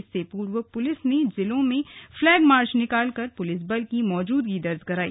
इससे पूर्व पुलिस ने जिलों में फ्लैग मार्च निकालकर पुलिस बल की मौजूदगी दर्ज कराई